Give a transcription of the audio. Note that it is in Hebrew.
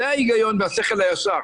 זה ההיגיון והשכל הישר.